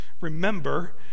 remember